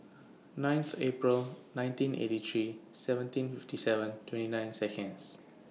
ninth April nineteen eighty three seventeen fifty seven twenty nine Seconds